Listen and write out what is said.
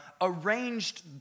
arranged